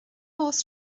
oes